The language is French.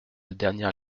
dernière